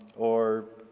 or